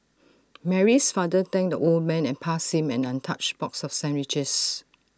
Mary's father thanked the old man and passed him an untouched box of sandwiches